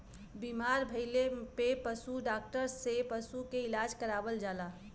बीमार भइले पे पशु डॉक्टर से पशु के इलाज करावल जाला